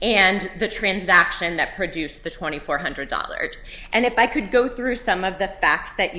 and the transaction that produced the twenty four hundred dollars and if i could go through some of the facts that